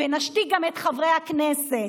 ונשתיק גם את חברי הכנסת.